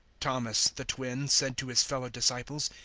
thomas, the twin, said to his fellow disciples,